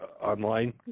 online